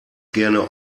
gerne